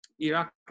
Iraq